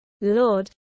Lord